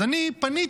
אז אני פניתי,